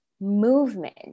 movement